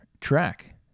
track